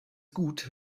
gut